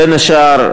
בין השאר,